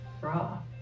bra